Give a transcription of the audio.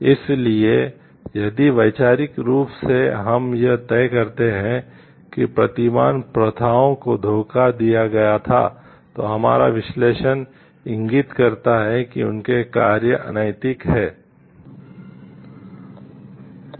इसलिए यदि वैचारिक रूप से हम यह तय करते हैं कि प्रतिमान प्रथाओं को धोखा दिया गया था तो हमारा विश्लेषण इंगित करता है कि उनके कार्य अनैतिक थे